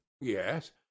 yes